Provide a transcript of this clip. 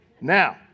Now